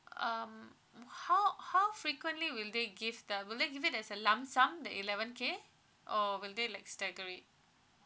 um how how frequently will they give them will they give it as a lump sum the eleven K or will they like stagger it